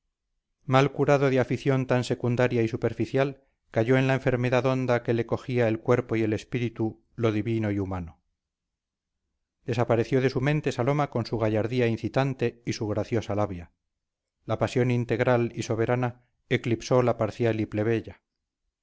mal curado de afición tan secundaria y superficial cayó en la enfermedad honda que le cogía el cuerpo y el espíritu lo divino y humano desapareció de su mente saloma con su gallardía incitante y su graciosa labia la pasión integral y soberana eclipsó la parcial y plebeya